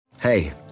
Hey